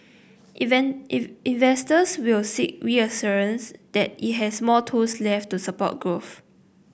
investors will seek reassurances that it has more tools left to support growth